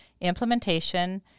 implementation